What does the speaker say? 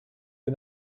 him